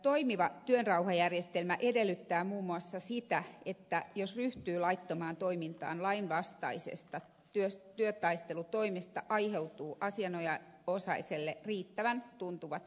toimiva työrauhajärjestelmä edellyttää muun muassa sitä että jos ryhtyy laittomaan toimintaan lainvastaisesta työtaistelutoimesta aiheutuu asianosaiselle riittävän tuntuvat seuraamukset